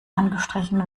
angestrichen